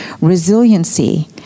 resiliency